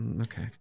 Okay